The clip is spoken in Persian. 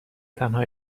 تنها